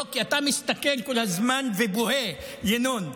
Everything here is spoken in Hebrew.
לא, כי אתה מסתכל כל הזמן ובוהה, ינון.